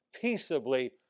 peaceably